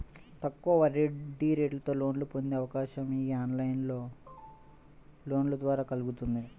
తక్కువ వడ్డీరేటుతో లోన్లను పొందే అవకాశం యీ ఆన్లైన్ లోన్ల ద్వారా కల్గుతుంది